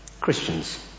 Christians